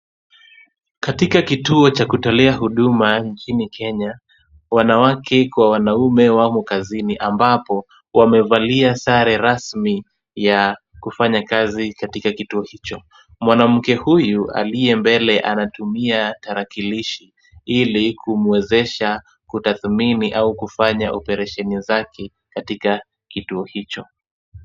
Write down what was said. Katika kituo cha kutolea huduma nchini Kenya, wanawake kwa wanaume wamo kazini, ambapo wamevalia sare rasmi ya kufanya kazi katika kituo hicho. Mwanamke huyu aliye mbele anatumia tarakilishi, ili kumuezesha kutathimini au kufanya oparesheni zake katika kituo hicho.